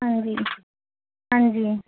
ਹਾਂਜੀ ਹਾਂਜੀ